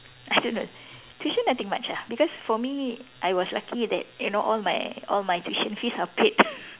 I don't know tuition nothing much ah because for me I was lucky that you know all my all my tuition fees was paid